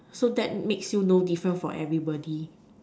so that makes you no different for everybody